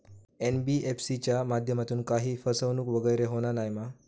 NBFC च्या माध्यमातून काही फसवणूक वगैरे होना नाय मा?